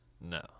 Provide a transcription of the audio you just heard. No